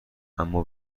اما